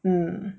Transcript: mm